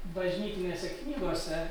bažnytinėse knygose